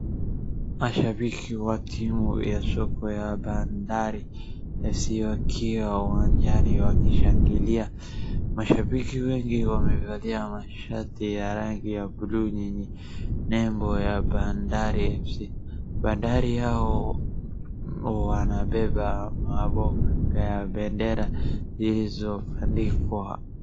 Mashibiki wa timu ya soka ya Bandari FC wakiwa uwanjani wakishangilia, mashabiki wengi wamevalia mashati ya rangi ya blue yenye nembo ya Bandari FC, Bandari hao wanabeba mabango ya bendera zilizoandikwa.